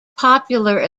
popular